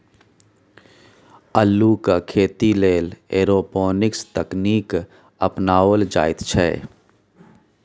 अल्लुक खेती लेल एरोपोनिक्स तकनीक अपनाओल जाइत छै